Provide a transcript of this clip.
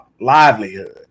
livelihood